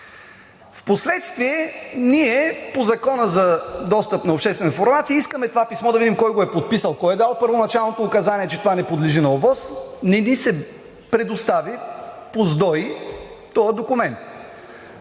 Впоследствие ние по Закона за достъп на обществена информация искаме това писмо да видим кой го е подписал, кой е дал първоначалното указание, че това не подлежи на ОВОС – не ни се предостави по Закона за достъп